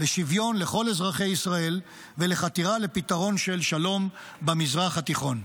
לשוויון לכל אזרחי ישראל ולחתירה לפתרון של שלום במזרח התיכון.